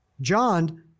John